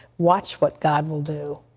watch what god will do.